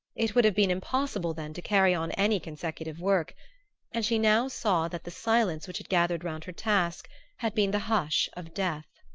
it would have been impossible then to carry on any consecutive work and she now saw that the silence which had gathered round her task had been the hush of death.